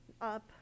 up